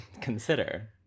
consider